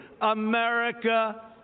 America